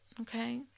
okay